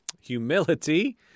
humility